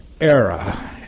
era